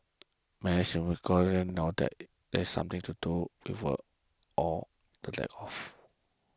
many Singaporeans know that it has something to do with work or the lack of